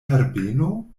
herbeno